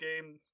game